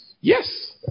Yes